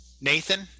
Nathan